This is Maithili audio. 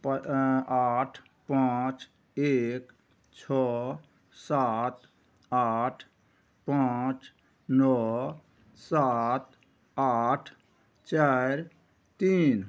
आठ पाँच एक छओ सात आठ पाँच नओ सात आठ चारि तीन